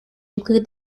include